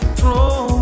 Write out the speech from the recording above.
throw